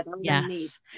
Yes